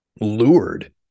lured